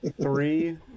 Three